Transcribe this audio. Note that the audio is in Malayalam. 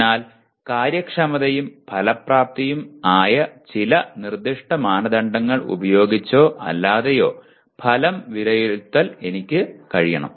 അതിനാൽ കാര്യക്ഷമതയും ഫലപ്രാപ്തിയും ആയ ചില നിർദ്ദിഷ്ട മാനദണ്ഡങ്ങൾ ഉപയോഗിച്ചോ അല്ലാതെയോ ഫലം വിലയിരുത്താൻ എനിക്ക് കഴിയണം